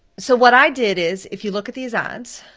so what i did is, if you look at these ads,